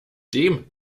dem